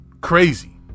crazy